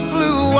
Blue